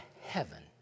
heaven